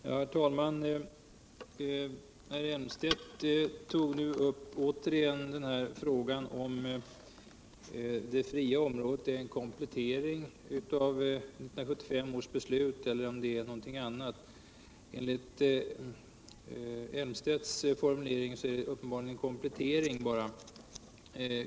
Herr talman! Herr Elmstedt tog återigen upp frågan om huruvida det fria området är en komplettering av 1975 års beslut eller om det är någonting annat. Att döma av herr Flmstedts formulering är det bara fråga om cen komplettering.